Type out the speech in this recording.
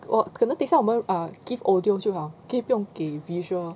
我可能等一我们 ah give audio 就好可以不用给 visual